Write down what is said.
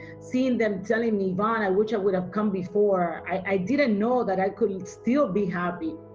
seeing them telling me ivon, i wish i would have come before. i didn't know that i could still be happy.